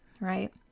right